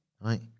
Right